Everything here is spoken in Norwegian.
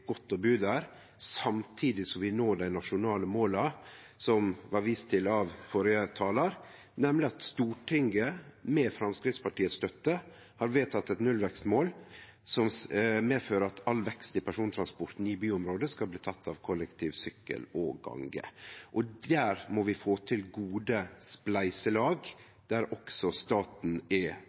godt å bu der, samtidig som vi når dei nasjonale måla som blei viste til av førre talar, nemleg at Stortinget, med Framstegspartiets støtte, har vedteke eit nullvekstmål som medfører at all vekst i persontransporten i byområde skal bli teke av kollektiv, sykkel og gange. Då må vi få til gode spleiselag der også staten er